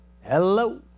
Hello